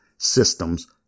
systems